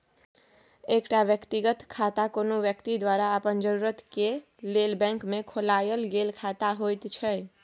एकटा व्यक्तिगत खाता कुनु व्यक्ति द्वारा अपन जरूरत के लेल बैंक में खोलायल गेल खाता होइत छै